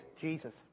Jesus